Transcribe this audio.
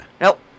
Nope